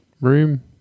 room